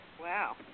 Wow